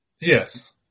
Yes